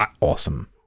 awesome